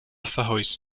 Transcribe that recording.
verhuis